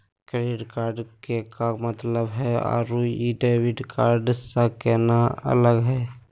Credit card के का मतलब हई अरू ई डेबिट कार्ड स केना अलग हई?